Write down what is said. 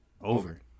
Over